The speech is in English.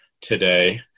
today